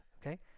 okay